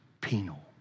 penal